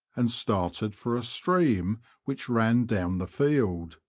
and started for a stream which ran down the field.